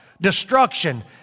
destruction